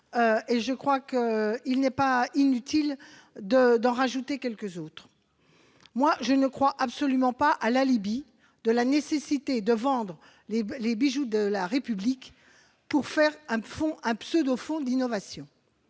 avancés, il n'est pas inutile d'en ajouter quelques autres. Moi, je ne crois absolument pas à l'alibi de la nécessité de vendre les bijoux de la République pour constituer un pseudo-fonds d'innovation.